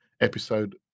episode